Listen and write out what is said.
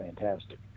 fantastic